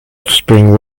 offspring